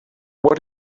what